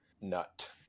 nut